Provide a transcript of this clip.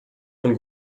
von